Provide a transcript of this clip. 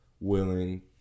willing